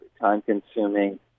time-consuming